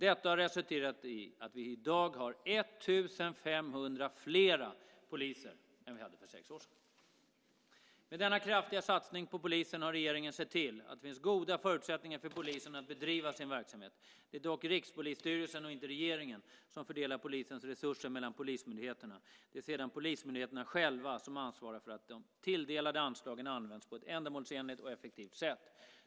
Detta har resulterat i att vi i dag har 1 500 fler poliser än för sex år sedan. Med denna kraftiga satsning på polisen har regeringen sett till att det finns goda förutsättningar för polisen att bedriva sin verksamhet. Det är dock Rikspolisstyrelsen och inte regeringen som fördelar polisens resurser mellan polismyndigheterna. Det är sedan polismyndigheterna själva som ansvarar för att de tilldelade anslagen används på ett ändamålsenligt och effektivt sätt.